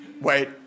Wait